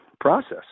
process